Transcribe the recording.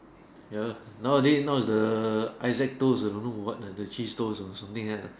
ya nowadays now is the Izaak toast or don't know what ah cheese toast or something at ah